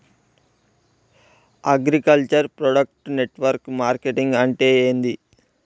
Agriculture product network marketing అంటే ఏంది?